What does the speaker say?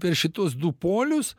per šituos du polius